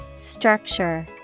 Structure